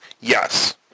Yes